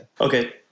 Okay